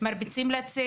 ולראות מה מדינת ישראל